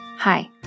Hi